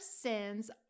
sins